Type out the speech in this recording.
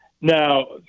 Now